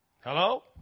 Hello